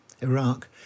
Iraq